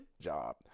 job